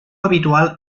habitual